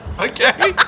Okay